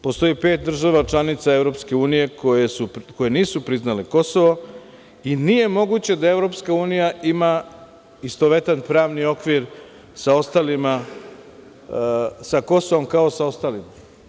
Postoji pet država članica EU koje nisu priznale Kosovo i nije moguće da EU ima istovetan pravni okvir sa Kosovom kao sa ostalima.